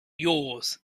yours